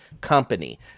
company